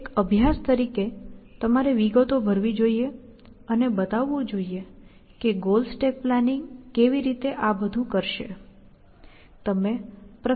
એક અભ્યાસ તરીકે તમારે વિગતો ભરવી જોઈએ અને બતાવવું જોઈએ કે ગોલ સ્ટેક પ્લાનિંગ કેવી કેવી રીતે આ બધું કરશે